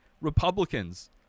republicans